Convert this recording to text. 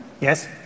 Yes